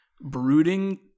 brooding